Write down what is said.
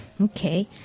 Okay